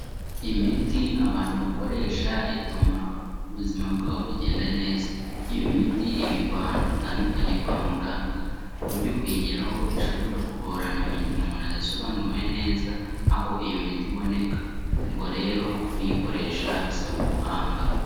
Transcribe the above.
Imiti abantu bakoresha ituma ubuzima bwabo bugenda neza, iyo miti ibikwa ahantu hatandukanye kwa muganga ku buryo kuyigeraho bishobora kugorana mu gihe umuntu adasobanuriwe neza aho iyo miti iboneka, ubwo rero kuyikoresha bisaba ubuhanga.